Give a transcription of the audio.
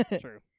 True